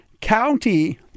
County